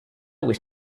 wish